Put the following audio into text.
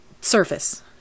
surface